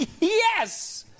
Yes